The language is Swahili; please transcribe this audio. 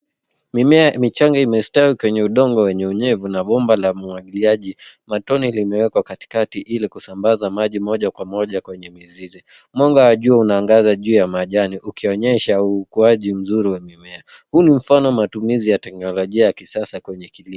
Mimea michanga imestawi kwenye udongo wenye unyevu na bomba la umwagiliaji matone limewekwa katikati ili kusambaza maji moja kwa moja kwenye mizizi. Mwanga wa jua unaangaza juu ya majani ukionyesha ukuaji mzuri wa mimea. Huu ni mfano wa matumizi wa teknolojia ya kisasa kwenye kilimo.